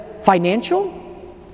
financial